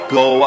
go